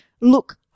look